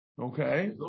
Okay